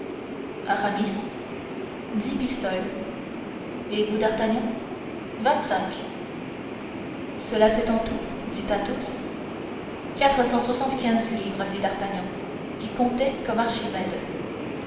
aramis dix pistoles et vous d'artagnan vingt-cinq cela fait en tout dit athos quatre cent soixante-quinze livres dit d'artagnan qui comptait comme archimède